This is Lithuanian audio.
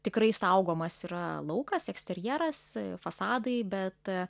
tikrai saugomas yra laukas eksterjeras fasadai bet